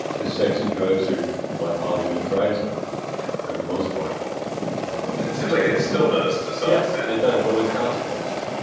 cause sex and drugs are what hollywood thrives on, for the most part it seems like it still does, to some extent yeah, it does, but with consequences,